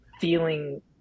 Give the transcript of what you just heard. feeling